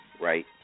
right